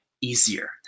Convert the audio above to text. easier